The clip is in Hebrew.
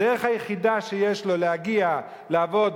הדרך היחידה שיש לו להגיע לעבוד,